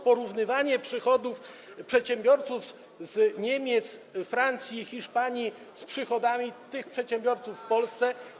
Porównywanie przychodów przedsiębiorców z Niemiec, Francji, Hiszpanii z przychodami tych przedsiębiorców w Polsce?